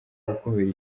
gukumira